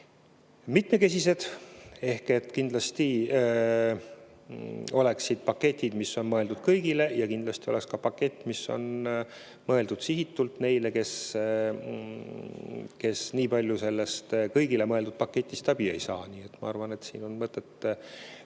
mitmekesised ehk et kindlasti oleksid paketid, mis on mõeldud kõigile, ja kindlasti oleks ka pakett, mis on sihitud neile, kes piisavalt palju sellest kõigile mõeldud paketist abi ei saa. Nii et ma arvan, et siin on mõtet